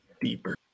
deeper